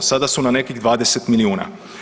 Sada su na nekih 20 milijuna.